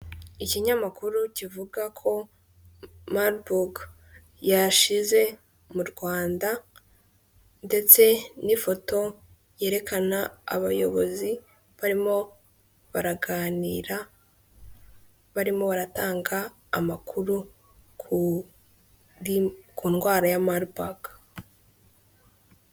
Ikinyamakuru kivuga ko maribugu yashize mu Rwanda, ndetse n'ifoto yerekana abayobozi barimo baraganira barimo baratanga amakuru kuri ku ndwara ya maribaga.